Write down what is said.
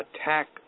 attack